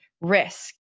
risk